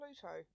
Pluto